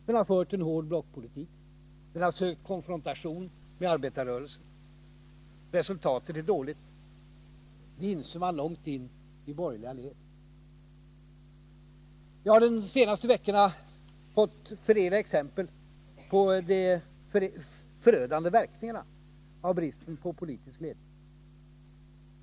Den har fört en hård blockpolitik, och den har sökt konfrontation med arbetarrörelsen. Resultatet är dåligt. Det inser man långt inne i borgerliga led. Vi har de senaste veckorna fått flera exempel på de förödande verkningarna av bristen på politisk ledning.